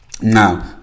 Now